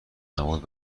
عمود